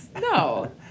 No